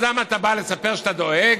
אז למה אתה בא לספר שאתה דואג?